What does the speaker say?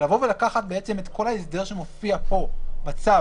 אבל לקחת את כל ההסדר שמופיע פה עכשיו בצו